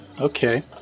Okay